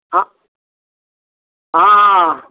हँ हँ